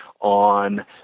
on